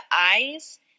eyes